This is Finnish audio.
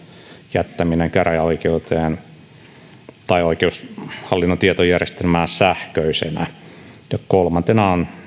jättäminen käräjäoikeuteen tai oikeushallinnon tietojärjestelmään sähköisenä ja kolmantena on